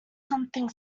something